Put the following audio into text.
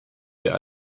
wir